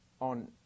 on